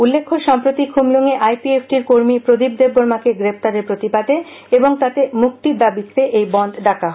উল্লেখ্য সম্প্রতি খুমুলুঙ এ আই পি এফ টি র কর্মী প্রদীপ দেববর্মাকে গ্রেপ্তারের প্রতিবাদে এবং তাকে মুক্তির দাবিতে এই বন্ধ ডাকা হয়